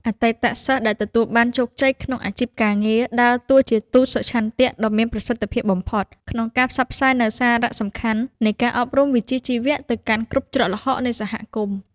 អតីតសិស្សដែលទទួលបានជោគជ័យក្នុងអាជីពការងារ ដើរតួជាទូតសុឆន្ទៈដ៏មានប្រសិទ្ធភាពបំផុត ក្នុងការផ្សព្វផ្សាយនូវសារៈសំខាន់នៃការអប់រំវិជ្ជាជីវៈទៅកាន់គ្រប់ច្រកល្ហកនៃសហគមន៍។